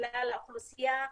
לכלל האוכלוסייה,